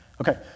Okay